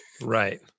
Right